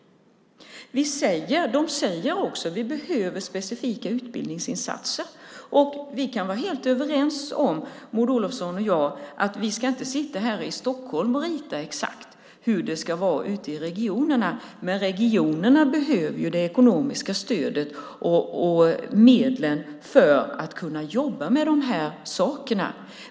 Vi behöver specifika utbildningsinsatser, säger de också. Maud Olofsson och jag är helt överens om att vi inte ska sitta här i Stockholm och rita upp exakt hur det ska vara ute i regionerna, men regionerna behöver det ekonomiska stödet och de ekonomiska medlen för att kunna jobba med de här sakerna.